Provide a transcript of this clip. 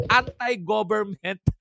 anti-government